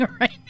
right